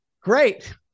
Great